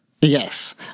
Yes